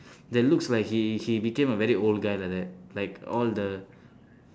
that looks like he he became a very old guy like that like all the